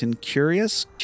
curious